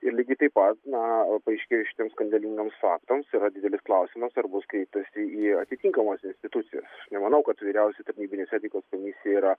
ir lygiai taip pat na paaiškėjus šitiems skandalingiems faktams yra didelis klausimas ar bus kreiptasi į atitinkamas institucijas nemanau kad vyriausioji tarnybinės etikos komisija yra